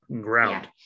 Ground